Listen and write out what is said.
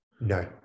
No